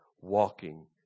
walking